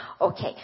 Okay